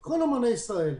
אל כל אומני ישראל,